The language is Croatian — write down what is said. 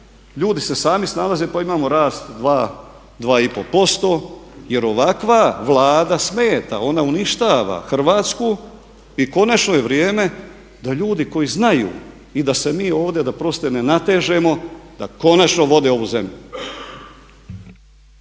ljudi se sami snalaze pa imamo rast dva, dva i pol posto jer ovakva Vlada smeta. Ona uništava Hrvatsku i konačno je vrijeme da ljudi koji znaju i da se mi ovdje da oprostite ne natežemo da konačno vode ovu zemlju.